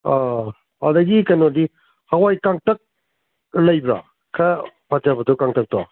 ꯑꯗꯨꯗꯒꯤ ꯀꯩꯅꯣꯗꯤ ꯍꯋꯥꯏ ꯀꯡꯇꯛ ꯂꯩꯕ꯭ꯔꯥ ꯈꯔ ꯐꯖꯕꯗꯣ ꯀꯡꯇꯛꯇꯣ